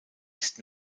ist